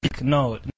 No